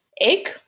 egg